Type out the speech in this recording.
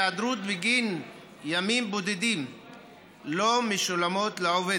היעדרות בגין ימים בודדים אינה משולמת לעובדות.